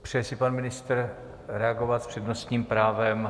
Přeje si pan ministr reagovat s přednostním právem?